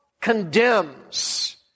condemns